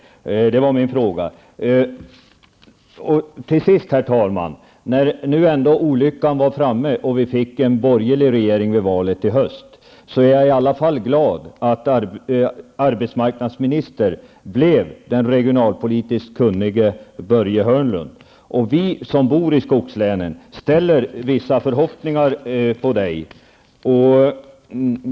Herr talman! När olyckan nu ändå var framme och vi fick en borgerlig regering efter valet i höst, är jag i alla fall glad över att den regionalpolitiskt kunnige Börje Hörnlund blev arbetsmarknadsminister. Vi som bor i skogslänen ställer vissa förhoppningar till Börje Hörnlund.